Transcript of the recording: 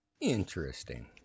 Interesting